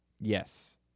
Yes